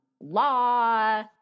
law